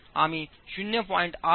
आम्ही 0